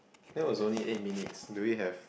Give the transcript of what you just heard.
that was only eight minutes do we have